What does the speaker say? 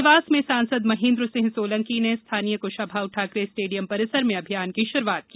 देवास में सांसद महेन्द्र सिंह सोलंकी ने स्थानीय क्शाभाउ ठाकरे स्टेडियम परिसर में अभियान की शुरूआत की